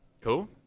Cool